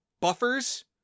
buffers